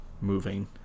moving